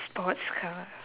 sports car